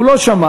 הוא לא שמע,